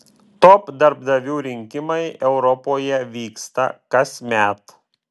top darbdavių rinkimai europoje vyksta kasmet